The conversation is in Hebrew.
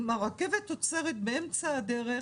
אם הרכבת עוצרת באמצע הדרך